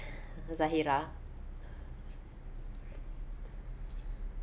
zahirah